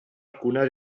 alcuna